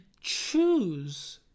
choose